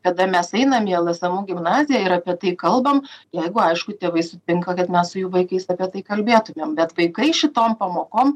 kada mes einam į lsmu gimnaziją ir apie tai kalbam jeigu aišku tėvai sutinka kad mes su jų vaikais apie tai kalbėtumėm bet vaikai šitom pamokom